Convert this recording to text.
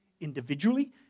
individually